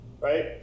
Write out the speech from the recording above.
right